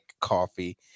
coffee